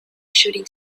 shooting